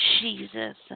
Jesus